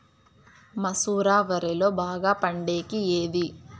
మసూర వరిలో బాగా పండేకి ఏది?